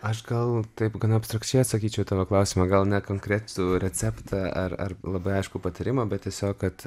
aš gal taip gana abstrakčiai atsakyčiau į tavo klausimą gal ne konkretų receptą ar ar labai aiškų patarimą bet tiesiog kad